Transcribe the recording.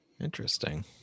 Interesting